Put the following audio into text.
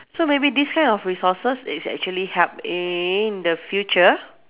so maybe these kind of resources is actually help in the future